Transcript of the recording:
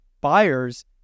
buyers